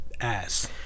ass